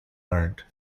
learnt